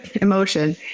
emotion